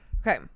Okay